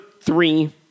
three